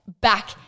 back